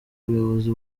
umuyobozi